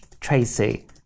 Tracy